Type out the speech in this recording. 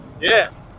Yes